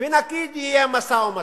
נגיד יהיה משא-ומתן,